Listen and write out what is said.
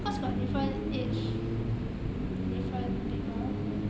cause got different age different people